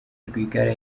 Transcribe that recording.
rwigara